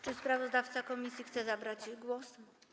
Czy sprawozdawca komisji chce zabrać głos?